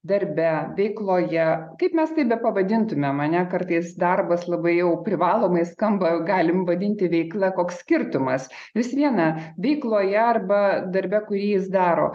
darbe veikloje kaip mes tai bepavadintumėm ar ne kartais darbas labai jau privalomai skamba galim vadinti veikla koks skirtumas vis viena veikloje arba darbe kurį jis daro